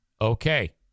Okay